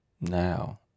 Now